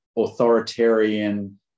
authoritarian